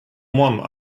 one